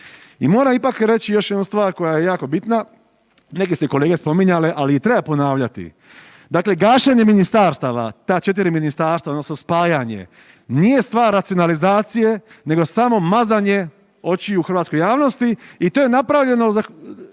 I moram ipak reći još jednu stvar koja je jako bitna, neke su kolege spominjali i treba ponavljati. Dakle, gašenje ministarstava, ta 4 ministarstava, odnosno spajanje, nije stvar racionalizacije nego samo mazanje očiju hrvatskoj javnosti i to je napravljeno